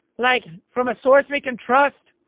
like, from a source we can trust.